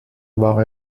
war